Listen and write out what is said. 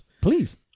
Please